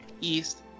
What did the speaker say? east